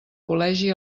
col·legi